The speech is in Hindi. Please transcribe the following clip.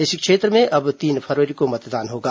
इस क्षेत्र में अब तीन फरवरी को मतदान होगा